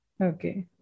Okay